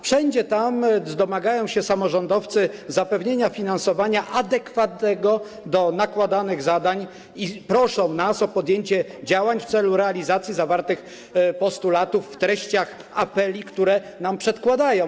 Wszędzie tam domagają się samorządowcy zapewnienia finansowania adekwatnego do nakładanych zadań i proszą nas o podjęcie działań w celu realizacji postulatów zawartych w treściach apeli, które nam przedkładają.